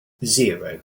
zero